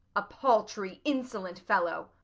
a paltry, insolent fellow!